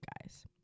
guys